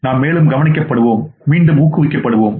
நாம் மேலும் கவனிக்கப் படுவோம் மீண்டும் ஊக்குவிக்கப் படுவோம்